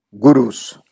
gurus